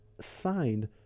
signed